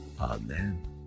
Amen